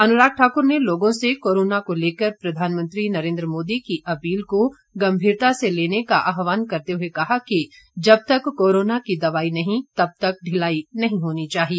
अनुराग ठाकुर ने लोगों से कोरोना को लेकर प्रधानमंत्री नरेन्द्र मोदी की अपील को गम्भीरता से लेने का आहवान करते हुए कहा कि जब तक कोरोना की दवाई नहीं तब तक ढिलाई नहीं होनी चाहिए